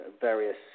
various